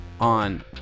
on